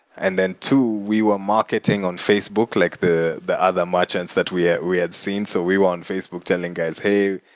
and two, we were marketing on facebook, like the the other merchants that we ah we had seen. so we were on facebook telling guys, hey,